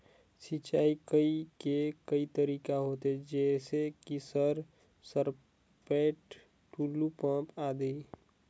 सिंचाई के कई तरीका होथे? जैसे कि सर सरपैट, टुलु पंप, आदि?